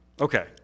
Okay